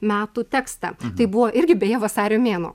metų tekstą tai buvo irgi beje vasario mėnuo